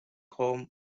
com